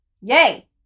yay